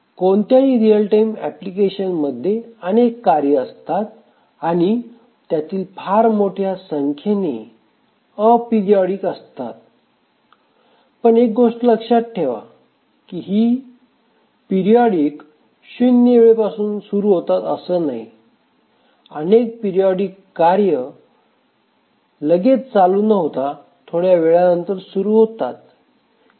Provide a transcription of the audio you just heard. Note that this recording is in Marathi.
कोणत्याही रियल टाईम एप्लीकेशन मध्ये अनेक कार्य असतात आणि त्यातील फार मोठ्या संख्येने हीपिरीओडिक असतात पण एक गोष्ट लक्षात ठेवा की पिरीओडिक शून्य वेळेपासून सुरू होतात असं नाही अनेक पिरीओडिक कार्य की लगेच चालू न होता थोड्या वेळानंतर सुरू होतात